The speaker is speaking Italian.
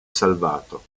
salvato